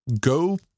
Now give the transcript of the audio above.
go